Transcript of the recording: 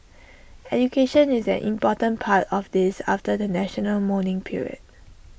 education is an important part of this after the national mourning period